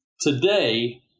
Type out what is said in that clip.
today